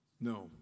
No